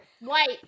White